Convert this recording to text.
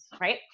right